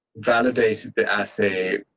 validated that, i say,